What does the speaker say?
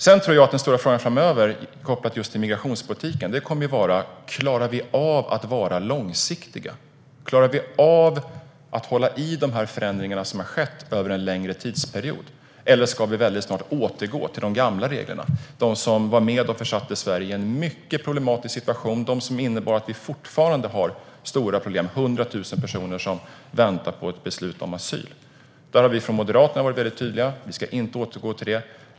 Sedan tror jag att den stora frågan framöver, kopplat till just migrationspolitiken, kommer att vara: Klarar vi av att vara långsiktiga? Klarar vi av att hålla i de förändringar som skett över en längre tidsperiod, eller ska vi väldigt snart återgå till de gamla reglerna? Det var ju de som bidrog till att försätta Sverige i en mycket problematisk situation och innebar att vi fortfarande har stora problem: 100 000 personer som väntar på ett beslut om asyl. Där har vi från Moderaternas sida varit väldigt tydliga: Vi ska inte återgå till detta.